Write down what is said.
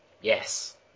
Yes